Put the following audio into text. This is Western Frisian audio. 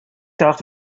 tocht